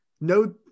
no